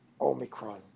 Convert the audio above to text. Omicron